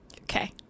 Okay